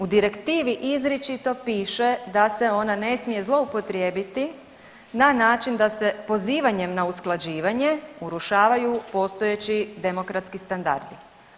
U direktivi izričito piše da se ona ne smije zloupotrijebiti na način da se pozivanjem na usklađivanje urušavaju postojeći demokratski standardi.